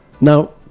Now